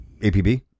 APB